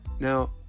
Now